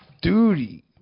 duty